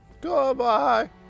Goodbye